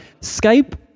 Skype